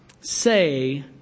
say